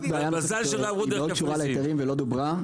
?מזל שלא עברו דרך קפריסין.